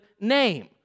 name